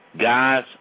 Guys